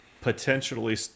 potentially